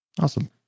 Awesome